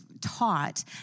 taught